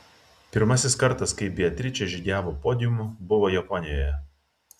pirmasis kartas kai beatričė žygiavo podiumu buvo japonijoje